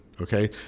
okay